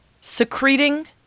secreting